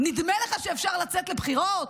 נדמה לך שאפשר לצאת לבחירות?